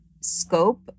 scope